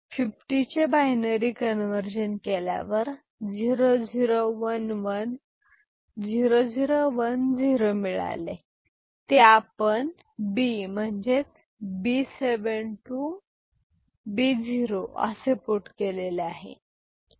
50 चे binary conversion केल्यावर 0 0 1 1 0 0 1 0 मिळाले ते आपण B म्हणजे B 7 to B 0 असे पुट केले आहे